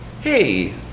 hey